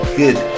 good